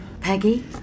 Peggy